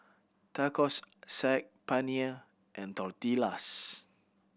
Tacos Saag Paneer and Tortillas